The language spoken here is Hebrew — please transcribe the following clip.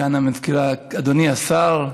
סגן המזכירה, אדוני השר,